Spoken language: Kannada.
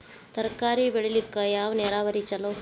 ತರಕಾರಿ ಬೆಳಿಲಿಕ್ಕ ಯಾವ ನೇರಾವರಿ ಛಲೋ?